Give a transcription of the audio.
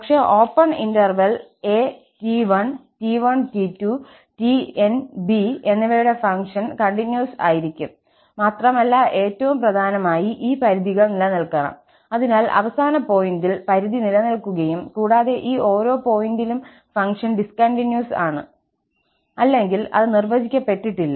പക്ഷെഓപ്പൺ interval at1 t1t2 tn b എന്നിവയുടെ function continuous ആയിരിക്കും മാത്രമല്ല ഏറ്റവും പ്രധാനമായി ഈ പരിധികൾ നിലനിൽക്കണംഅതിനാൽ അവസാന പോയിന്റിൽ പരിധി നിലനിൽക്കുകയും കൂടാതെ ഈ ഓരോ പോയിന്റിലും ഫംഗ്ഷൻ ഡിസ്കണ്ടിന്യൂസ് ആണ് അല്ലെങ്കിൽ അത് നിർവചിക്കപ്പെട്ടിട്ടില്ല